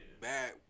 bad